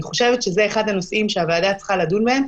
אני חושבת שזה אחד הנושאים שהוועדה צריכה לדון בהם,